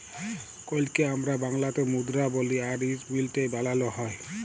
কইলকে আমরা বাংলাতে মুদরা বলি আর ইট মিলটে এ বালালো হয়